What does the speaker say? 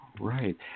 Right